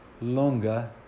longer